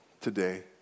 today